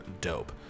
dope